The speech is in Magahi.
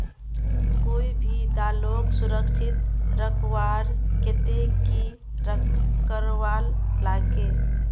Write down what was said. कोई भी दालोक सुरक्षित रखवार केते की करवार लगे?